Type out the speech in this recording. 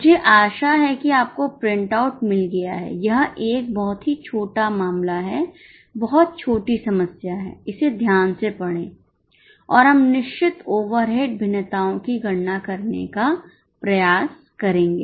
मुझे आशा है कि आपको प्रिंटआउट मिल गया है यह एक बहुत ही छोटा मामला है बहुत छोटी समस्या है इसे ध्यान से पढ़ें और हम निश्चित ओवरहेड भिन्नताओं की गणना करने का प्रयास करेंगे